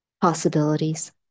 possibilities